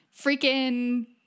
freaking